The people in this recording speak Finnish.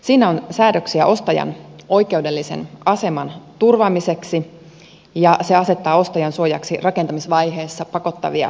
siinä on säädöksiä ostajan oikeudellisen aseman turvaamiseksi ja se asettaa ostajan suojaksi rakentamisvaiheessa pakottavia säännöksiä